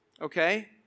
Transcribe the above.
Okay